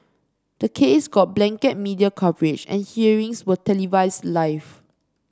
the case got blanket media coverage and hearings were televised live